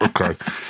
Okay